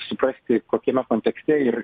suprasti kokiame kontekste ir